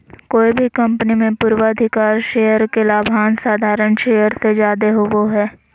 कोय भी कंपनी मे पूर्वाधिकारी शेयर के लाभांश साधारण शेयर से जादे होवो हय